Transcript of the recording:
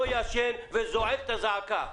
לא ישן וזועק את הזעקה.